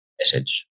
message